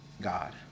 God